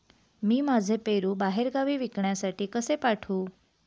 मी माझे पेरू बाहेरगावी विकण्यासाठी कसे पाठवू?